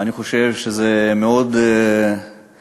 ואני חושב שזה גם מאוד סימבולי